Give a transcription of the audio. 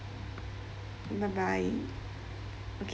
bye bye okay